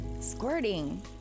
squirting